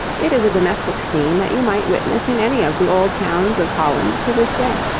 it is a domestic scene that you might witness in any of the old towns of holland to this day.